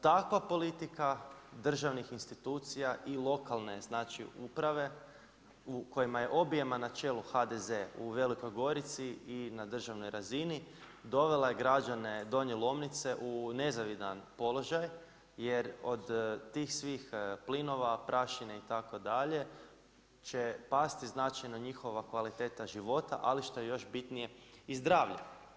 Takva politika državnih institucija i lokalne uprave u kojima je objema na čelu HDZ, u Velikoj Gorici i na državnoj razini, dovela je građane Donje Lomnice u nezavidan položaj jer od tih svih plinova, prašine itd. će pasti značajno njihova kvaliteta života ali što je još bitnije i zdravlje.